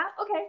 okay